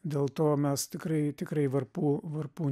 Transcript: dėl to mes tikrai tikrai varpų varpų